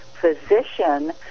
physician